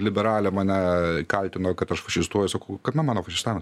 liberalė mane kaltino kad aš fašistuoju sakau kame mano fašistavimas